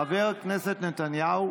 חבר הכנסת נתניהו,